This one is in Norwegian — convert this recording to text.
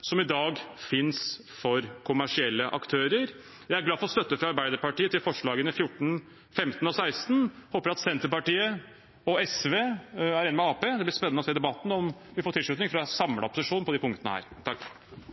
som i dag finnes for kommersielle aktører. Jeg er glad for støtte fra Arbeiderpartiet til forslagene nr. 14, 15 og 16. Jeg håper at Senterpartiet og SV er enig med Arbeiderpartiet. Det blir spennende å se i debatten om vi får tilslutning fra en samlet opposisjon på disse punktene.